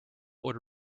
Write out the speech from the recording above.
would